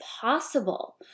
possible